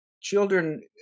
children